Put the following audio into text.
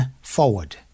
forward